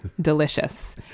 Delicious